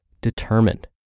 determined